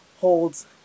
holds